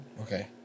okay